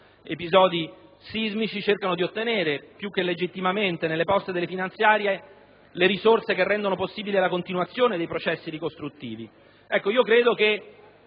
episodi sismici, cerchino di ottenere, più che legittimamente, nelle poste del provvedimento, quelle risorse che rendano possibile la continuazione dei processi ricostruttivi.